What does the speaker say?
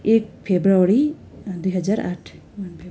एक फेब्रुअरी दुई हजार आठ